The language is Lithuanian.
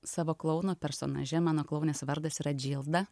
savo klouno personaže mano klounės vardas yra džilda